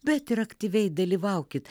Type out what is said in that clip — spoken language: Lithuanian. bet ir aktyviai dalyvaukit